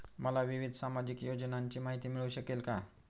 मला विविध सामाजिक योजनांची माहिती मिळू शकेल का?